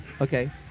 Okay